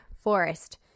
forest